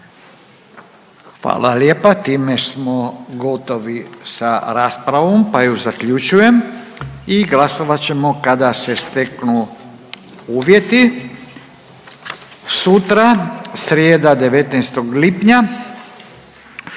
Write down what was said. Hvala lijepa. Time smo gotovi sa raspravom pa ju zaključujem i glasovat ćemo kada se steknu uvjeti. Sutra, srijeda 19. lipnja